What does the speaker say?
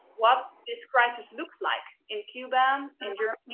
what this crisis looks like in cuba, um in germany,